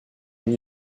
nun